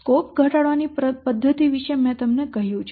scope ઘટાડવાની પદ્ધતિ વિશે મેં તમને કહ્યું છે